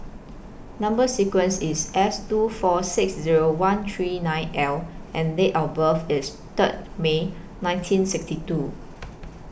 Number sequence IS S two four six Zero one three nine L and Date of birth IS Third May nineteen sixty two